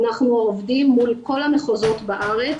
אנחנו עובדים מול כל המחוזות בארץ,